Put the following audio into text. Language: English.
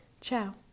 Ciao